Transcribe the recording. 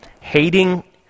hating